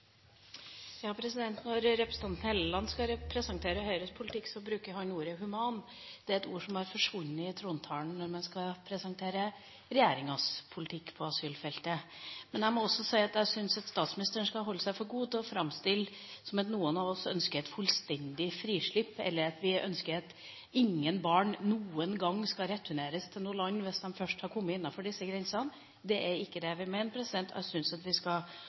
Helleland skal presentere Høyres politikk bruker han ordet «human». Det er et ord som har forsvunnet i trontalen når man presenterer regjeringas politikk på asylfeltet. Jeg må også si at jeg syns statsministeren skal holde seg for god til å framstille det som om noen av oss ønsker et fullstendig frislipp, eller ønsker at ingen barn noen gang skal returneres til noe land hvis de først har kommet innenfor disse grensene. Det er ikke det vi mener. Jeg syns han skal holde seg for god til å påstå at vi